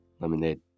Lemonade